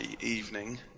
evening